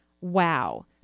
Wow